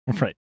Right